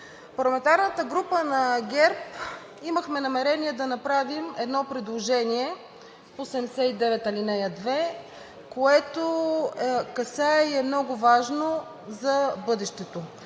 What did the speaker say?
парламентарната група на ГЕРБ имахме намерение да направим едно предложение по чл. 79, ал. 2, което касае и е много важно за бъдещето,